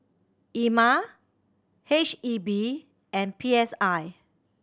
Ema H E B and P S I